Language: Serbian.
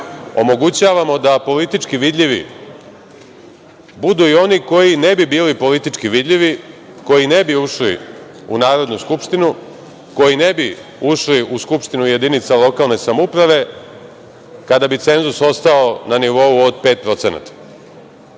omogućavamo da politički vidljivi budu i oni koji ne bi bili politički vidljivi, koji ne bi ušli u Narodnu skupštinu, koji ne bi ušli u skupštinu jedinica lokalne samouprave kada bi cenzus ostao na nivou od pet